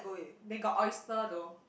they got oyster though